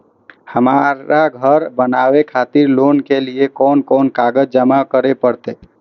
हमरा घर बनावे खातिर लोन के लिए कोन कौन कागज जमा करे परते?